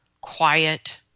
quiet